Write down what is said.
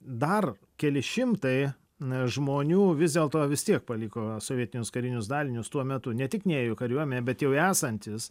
dar keli šimtai e žmonių vis dėlto vis tiek paliko sovietinius karinius dalinius tuo metu ne tik nėjo į kariuomenę bet jau esantys